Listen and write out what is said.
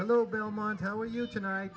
hello belmont how are you tonight